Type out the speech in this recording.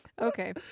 Okay